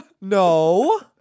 No